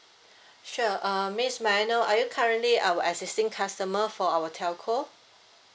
sure uh miss may I know are you currently our existing customer for our telco